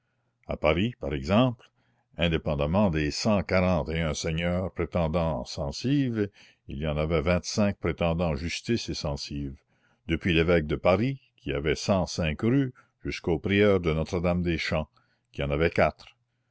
à paris par exemple indépendamment des cent quarante et un seigneurs prétendant censive il y en avait vingt-cinq prétendant justice et censive depuis l'évêque de paris qui avait cent cinq rues jusqu'au prieur de notre dame des champs qui en avait quatre